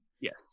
Yes